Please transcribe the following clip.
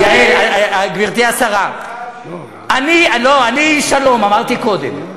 יעל, גברתי השרה, לא, אני איש שלום, אמרתי קודם.